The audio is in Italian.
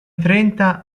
trenta